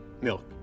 milk